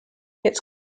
its